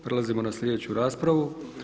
Prelazimo na sljedeću raspravu.